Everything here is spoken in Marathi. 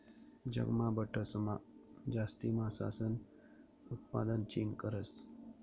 जगमा बठासमा जास्ती मासासनं उतपादन चीन करस